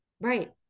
Right